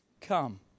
come